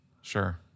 Sure